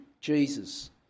Jesus